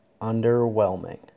underwhelming